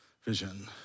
vision